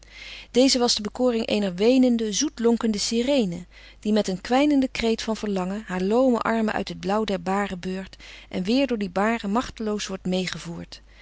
deze was de bekoring eener weenende zoet lonkende sirene die met een kwijnenden kreet van verlangen haar loome armen uit het blauw der baren beurt en weêr door die baren machteloos wordt meêgevoerd